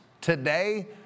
today